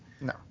No